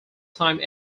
time